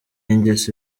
ingeso